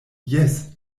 jes